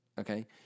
Okay